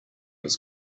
his